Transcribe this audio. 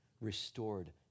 restored